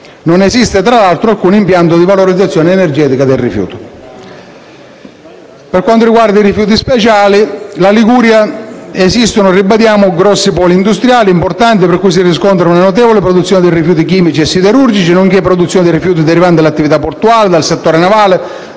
Non esiste, tra l'altro, alcun impianto di valorizzazione energetica del rifiuto. Per quanto riguarda i rifiuti speciali, in Liguria esistono - ribadiamo - poli industriali importanti per cui si riscontra una notevole produzione di rifiuti chimici e siderurgici, nonché produzione di rifiuti derivante dall'attività portuale, del settore navale